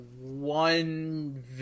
one